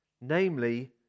namely